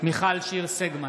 מיכל שיר סגמן,